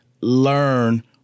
learn